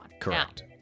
Correct